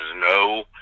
no